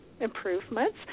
improvements